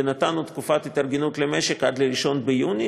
ונתנו תקופת התארגנו למשק עד ל-1 ביוני,